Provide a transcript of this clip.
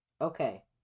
Okay